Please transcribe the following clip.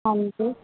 ਹਾਂਜੀ